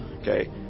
Okay